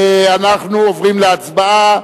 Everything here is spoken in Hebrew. אנחנו עוברים להצבעה.